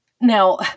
Now